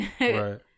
Right